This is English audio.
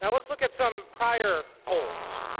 and let's look at some prayer holds.